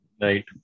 Right